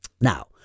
Now